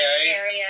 scary